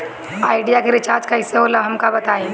Idea के recharge कईसे होला हमका बताई?